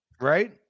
Right